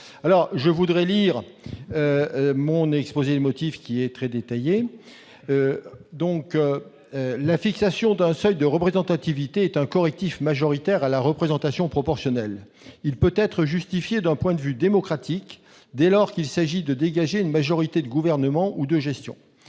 vise à abaisser le seuil d'éligibilité de 5 % à 3 %. La fixation d'un seuil de représentativité est un correctif majoritaire à la représentation proportionnelle. Il peut être justifié d'un point de vue démocratique, dès lors qu'il s'agit de dégager une majorité de gouvernement ou de gestion.